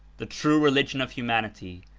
the true religion of humanity,